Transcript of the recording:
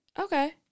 Okay